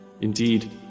Indeed